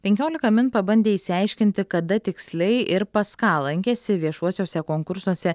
penkiolika min pabandė išsiaiškinti kada tiksliai ir pas ką lankėsi viešuosiuose konkursuose